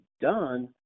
done